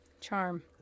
Charm